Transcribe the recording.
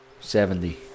Seventy